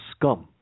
scum